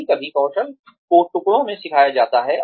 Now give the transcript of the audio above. कभी कभी कौशल को टुकड़ों में सिखाया जाता है